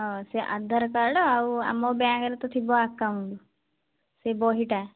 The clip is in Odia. ହଁ ସେ ଆଧାର କାର୍ଡ଼ ଆଉ ଆମ ବ୍ୟାଙ୍କରେ ତ ଥିବ ଆକାଉଣ୍ଟ ସେ ବହିଟା